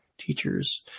teachers